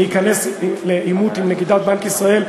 להיכנס לעימות עם נגידת בנק ישראל,